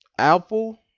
Apple